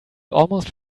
almost